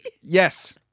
Yes